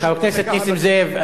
חבר הכנסת נסים זאב,